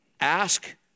ask